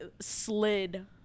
Slid